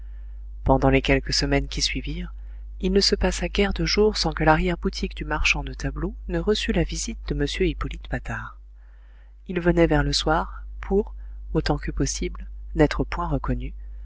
pendant les quelques semaines qui suivirent il ne se passa guère de jours sans que l'arrière-boutique du marchand de tableaux ne reçût la visite de m hippolyte patard il venait vers le soir pour autant que possible n'être point reconnu